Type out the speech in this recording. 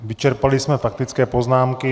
Vyčerpali jsme faktické poznámky.